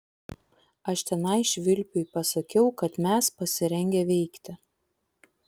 aš tenai švilpiui pasakiau kad mes pasirengę veikti